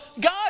God